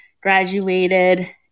graduated